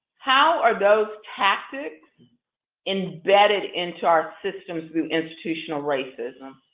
how are those tactics embedded into our systems through institutional racism?